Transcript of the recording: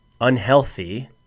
unhealthy